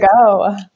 go